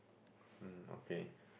um okay